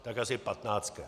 Tak asi patnáctkrát.